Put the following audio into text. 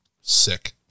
Sick